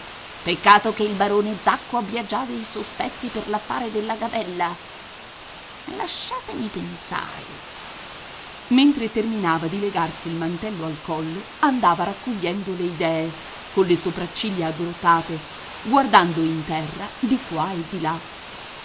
peccato che il barone zacco abbia già dei sospetti per l'affare della gabella lasciatemi pensare mentre terminava di legarsi il mantello al collo andava raccogliendo le idee colle sopracciglia aggrottate guardando in terra di qua e di là